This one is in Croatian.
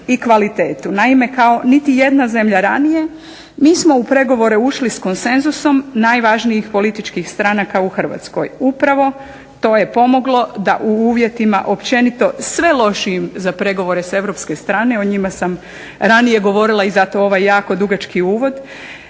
i kvalitetu. Naime, kao niti jedna zemlja ranije mi smo u pregovore ušli s konsenzusom najvažnijih političkih stranaka u Hrvatskoj. Upravo to je pomoglo da u uvjetima općenito sve lošijim za pregovore sa europske strane, o njima sam ranije govorila i zato ovaj jako dugački uvod